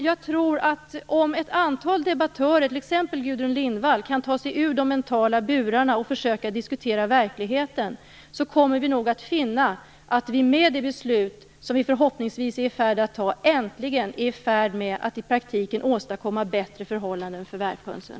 Jag tror att om ett antal debattörer, t.ex. Gudrun Lindvall, kan ta sig ur de mentala burarna och försöka diskutera verkligheten, kommer vi nog att finna att vi med det beslut som vi förhoppningsvis är i färd med att fatta äntligen kommer att i praktiken åstadkomma bättre förhållanden för värphönsen.